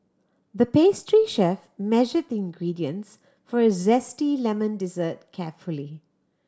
the pastry chef measured the ingredients for a zesty lemon dessert carefully